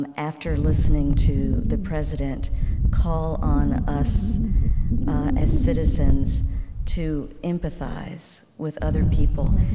and after listening to the president call on us as citizens to empathize with other people,